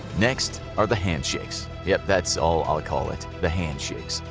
next are the handshakes. yep, that's all all i call it, the handshakes.